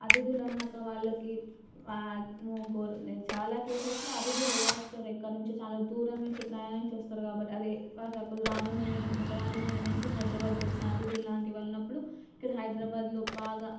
అతిధులన్నాక వాళ్ళకి చాలా కేసెస్లో అతిధులు ఎలా వస్తారు ఎక్కడ నుంచి చాలా దూరం నుంచి ప్రయాణించి వస్తారు కాబట్టి అదే ఫర్ సపోజ్ రాజమండ్రి రాజమండ్రి నుంచి హైదరాబాద్కి వచ్చిన అతిధులు లాంటి వాళ్ళు ఉన్నప్పుడు ఇక్కడ హైదరాబాద్లో బాగా